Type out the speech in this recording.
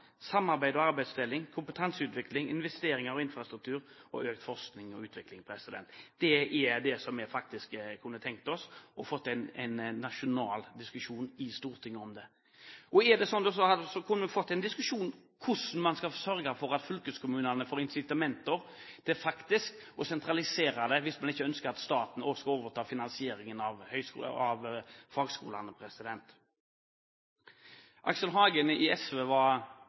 samarbeid og arbeidsdeling, kompetanseutvikling, investeringer i infrastruktur og økt Forsknings- og utviklingsvirksomhet.» Det er dette vi kunne tenke oss å få en diskusjon om – et nasjonalt fokus på – i Stortinget. Da kunne vi fått en diskusjon om hvordan man skal sørge for at fylkeskommunene får et incitament til å sentralisere fagskolene, hvis man ikke ønsker at staten også skal overta finansieringen av dem. Aksel Hagen fra SV var